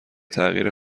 تغییر